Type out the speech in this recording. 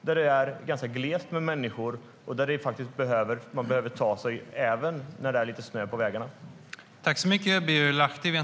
Där är det ganska glest med människor, och där behöver man ta sig fram även när det är lite snö på vägarna.